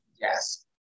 Yes